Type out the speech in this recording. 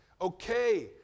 Okay